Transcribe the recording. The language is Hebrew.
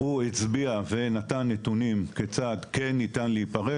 הוא הצביע ונתן נתונים כיצד כן ניתן להיפרד.